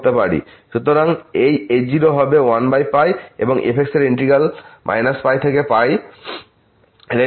সুতরাং এই a0 হবে 1 এবং এই f এর ইন্টিগ্র্যাল -π থেকে রেঞ্জ এ